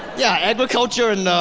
yeah, agriculture and ah,